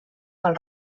pel